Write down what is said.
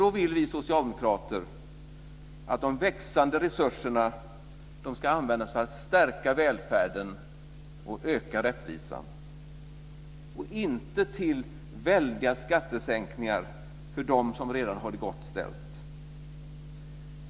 Då vill vi socialdemokrater att de växande resurserna ska användas för att stärka välfärden och öka rättvisan, inte till väldiga skattesänkningar för dem som redan har det gott ställt.